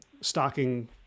stocking